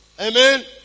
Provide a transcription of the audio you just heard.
Amen